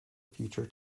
future